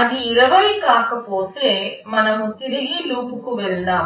అది 20 కాకపోతే మనం తిరిగి లూప్కు వెళ్తాము